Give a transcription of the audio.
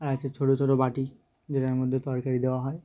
আর আছে ছোটো ছোট বাটি যেটার মধ্যে তরকারি দেওয়া হয়